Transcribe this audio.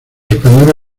español